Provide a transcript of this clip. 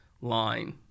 line